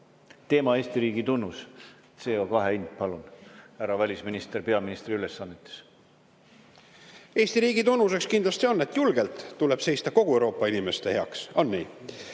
Teema on Eesti riigitunnus, CO2hind. Palun, härra välisminister peaministri ülesannetes! Eesti riigi tunnuseks kindlasti on, et julgelt tuleb seista kogu Euroopa inimeste eest. On nii? Aga